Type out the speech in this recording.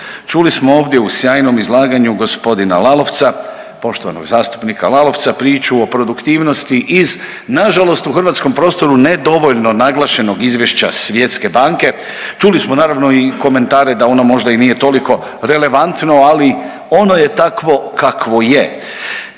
Čuli smo ovdje u sjajnom izlaganju g. Lalovca, poštovanog zastupnika Lalovca, priču o produktivnosti iz nažalost u hrvatskom prostoru nedovoljno naglašenog izvješća Svjetske banke, čuli smo naravno i komentare da ono možda i nije toliko relevantno, ali ono je takvo kakvo je.